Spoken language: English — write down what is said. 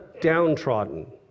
downtrodden